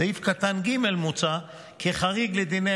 בסעיף קטן (ג) מוצע כחריג לדיני